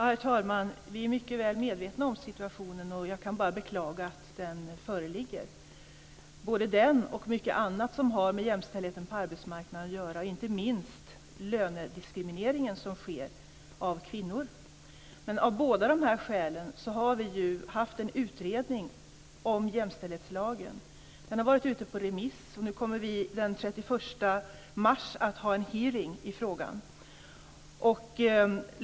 Herr talman! Vi är mycket väl medvetna om situationen, och jag kan bara beklaga att den föreligger. Det gäller både den och mycket annat som har med jämställdheten på arbetsmarknaden att göra, och inte minst den lönediskriminering som sker av kvinnor. Av båda dessa skäl har vi haft en utredning om jämställdhetslagen. Den har varit ute remiss. Nu kommer vi den 31 mars att ha en hearing i frågan.